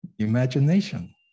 imagination